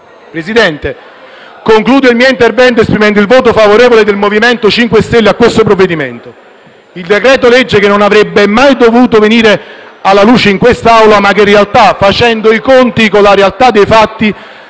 Presidente, concludo il mio intervento esprimendo il voto favorevole del Gruppo MoVimento 5 Stelle sul provvedimento in esame, il decreto-legge che non avrebbe mai dovuto venire alla luce in quest'Aula ma che in realtà, facendo i conti con i fatti,